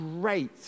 great